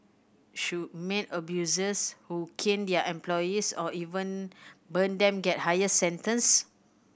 should maid abusers who cane their employees or even burn them get higher sentence